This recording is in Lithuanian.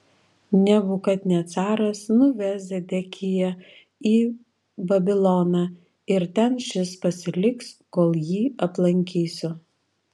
nebukadnecaras nuves zedekiją į babiloną ir ten šis pasiliks kol jį aplankysiu